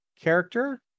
character